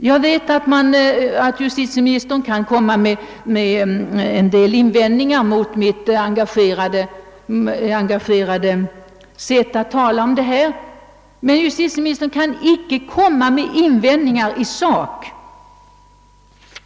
Jag vet, att justitieministern kan resa en del invändningar mot mitt engagerade sätt att tala härom, men justitieministern kan inte resa invändningar i sak.